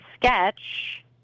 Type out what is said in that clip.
sketch